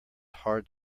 hard